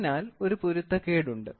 അതിനാൽ ഒരു പൊരുത്തക്കേടുണ്ട്